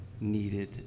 needed